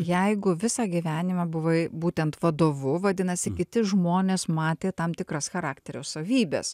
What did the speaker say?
jeigu visą gyvenimą buvai būtent vadovu vadinasi kiti žmonės matė tam tikras charakterio savybes